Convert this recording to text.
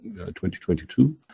2022